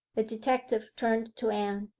the detective turned to anne.